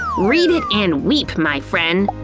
read it and weep, my friend.